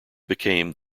became